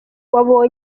wabo